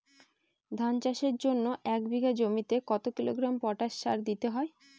ধান চাষের জন্য এক বিঘা জমিতে কতো কিলোগ্রাম পটাশ সার দিতে হয়?